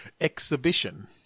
exhibition